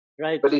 Right